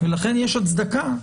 לכן יש הצדקה,